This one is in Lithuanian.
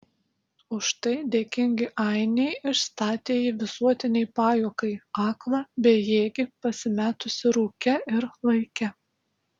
už tai dėkingi ainiai išstatė jį visuotinei pajuokai aklą bejėgį pasimetusį rūke ir laike